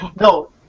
No